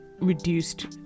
reduced